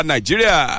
Nigeria